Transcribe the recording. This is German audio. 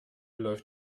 läuft